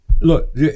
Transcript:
Look –